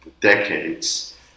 decades